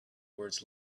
words